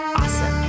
awesome